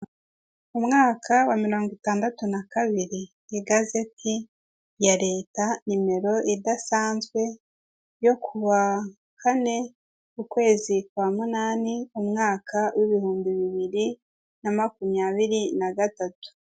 Inyubako ikora ibijyanye no kwakira abantu, bakabona ibyo kurya ndetse ikabaha amacumbi, yegeranye na komvesheni senta iri mu Rwanda.